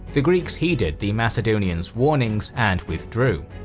the greeks heeded the macedonians' warnings and withdrew.